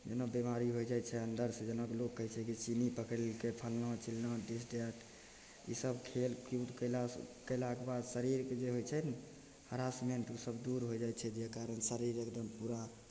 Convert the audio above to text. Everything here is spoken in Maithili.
जेना बीमारी होइ जाइ छै अन्दरसँ जेना लोग कहय छै कि चीनी पकड़ि लेलकय फल्लाँ चिल्लाँ दिस दैट ईसब खेल कूद कयलासँ कयलाके बाद शरीरके जे होइ छै ने हरासमेंट उ सब दूर होइ जाइ छै जाहि कारण शरीर एकदम पूरा